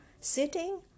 sitting